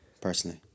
personally